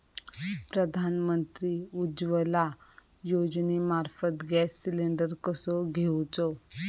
प्रधानमंत्री उज्वला योजनेमार्फत gas cylinder कसो घेऊचो?